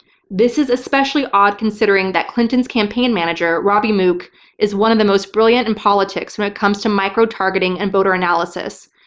this is especially odd considering that clinton's campaign manager robby mook is one the most brilliant in politics when it comes to micro-targeting and voter analysis.